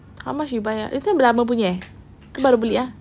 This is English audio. how much you buy ah this [one] lama punya eh ke baru beli ah